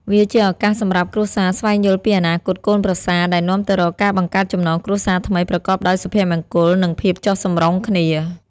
វាជាឱកាសសម្រាប់គ្រួសារស្វែងយល់ពីអនាគតកូនប្រសា ដែលនាំទៅរកការបង្កើតចំណងគ្រួសារថ្មីប្រកបដោយសុភមង្គល និងភាពចុះសម្រុងគ្នា។